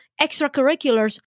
extracurriculars